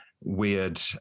weird